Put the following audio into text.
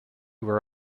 were